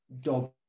dog